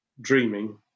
dreaming